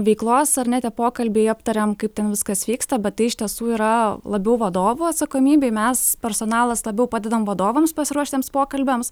veiklos ar ne tie pokalbiai aptariam kaip ten viskas vyksta bet tai iš tiesų yra labiau vadovų atsakomybei mes personalas labiau padedam vadovams pasiruošt tiems pokalbiams